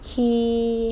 he